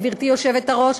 גברתי היושבת-ראש,